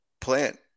Plant